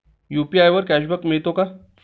UPI वर cashback मिळतो का?